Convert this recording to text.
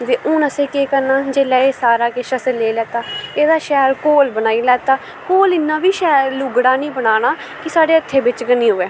ते हून असैं केह् करना सारा किस असैं लेई लैत्ता एह्दा शैल घोल बनाई लैत्ता घोल इन्ना बी लुगड़ा नी बनाना कि साढ़ै हत्थै बिच्च गै नी अवै